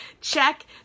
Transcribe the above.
check